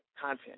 content